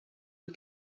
you